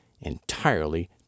entirely